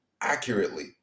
accurately